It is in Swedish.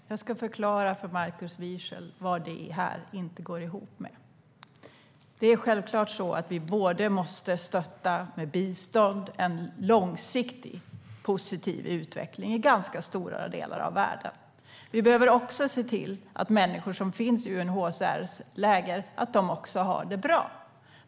Herr talman! Jag ska förklara för Markus Wiechel vad detta inte går ihop med. Vi måste självklart, med bistånd, stödja en långsiktig, positiv utveckling i ganska stora delar av världen. Vi behöver också se till att människor som befinner sig i UNHCR:s läger har det bra.